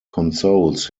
consoles